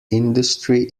industry